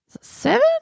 Seven